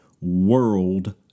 world